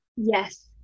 Yes